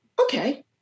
okay